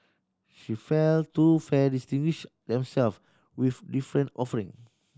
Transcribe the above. she felt two fairs distinguished themselves with different offering